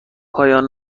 پایان